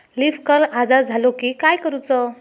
Leaf curl आजार झालो की काय करूच?